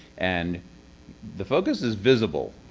and the focus is visible?